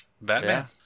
Batman